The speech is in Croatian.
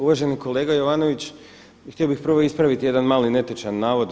Uvaženi kolega Jovanović, htio bih prvo ispraviti jedan mali netočan navod.